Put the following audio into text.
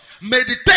Meditate